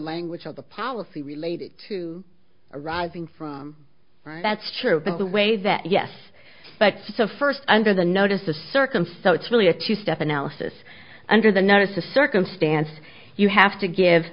language of the policy related to arriving right that's true but the way that yes but so first under the notice of circumstance it's really a two step analysis under the notice of circumstance you have to give